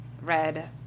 red